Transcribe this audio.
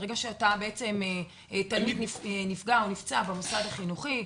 ברגע שתלמיד נפגע או נפצע במוסד החינוכי,